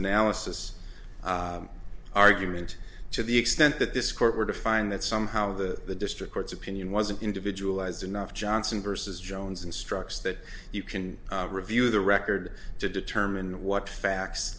analysis argument to the extent that this court were to find that somehow the the district court's opinion was an individual as enough johnson versus jones instructs that you can review the record to determine what facts